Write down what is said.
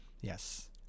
Yes